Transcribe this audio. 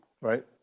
right